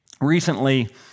Recently